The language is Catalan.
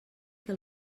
que